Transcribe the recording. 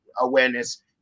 awareness